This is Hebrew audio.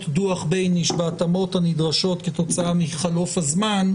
דוח בייניש בהתאמות הנדרשות כתוצאה מחלוף הזמן,